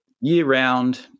year-round